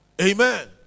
Amen